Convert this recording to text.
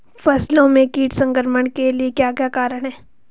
फसलों में कीट संक्रमण के क्या क्या कारण है?